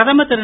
பிரதமர் திரு